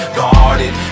guarded